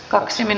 piste